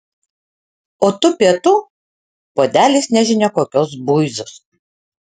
o tų pietų puodelis nežinia kokios buizos